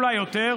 אולי יותר,